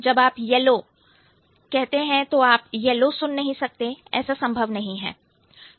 जब आप यॅलो पीला रंग कहते हैं तो आप यॅलो सुन नहीं सकते ऐसा संभव नहीं है